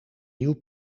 nieuw